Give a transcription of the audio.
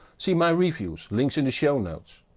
see my reviews, links in the show notes.